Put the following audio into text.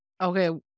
Okay